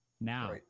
Now